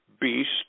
beast